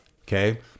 Okay